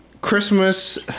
Christmas